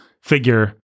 figure